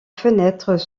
fenêtres